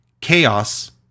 Chaos